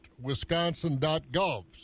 wisconsin.gov